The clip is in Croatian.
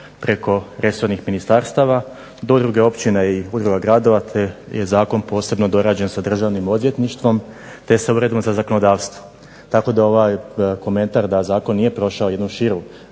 preko resornih ministarstava do udruga općina i udruga gradova te je zakon posebno dorađen sa Državnim odvjetništvom te s Uredom za zakonodavstvo. Tako da ovaj komentar da zakon nije prošao jednu širu